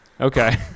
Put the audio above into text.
okay